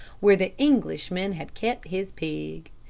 where the englishman had kept his pig.